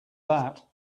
that